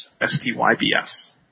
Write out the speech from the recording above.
S-T-Y-B-S